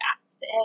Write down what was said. fast